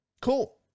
Cool